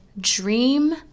dream